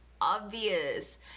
obvious